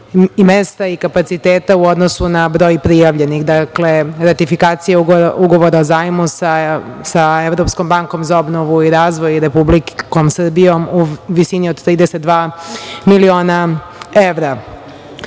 i kapaciteta u odnosu na broj prijavljenih, ratifikacija Ugovora o zajmu sa Evropskom bankom za obnovu i razvoj i Republikom Srbijom u visini od 32 miliona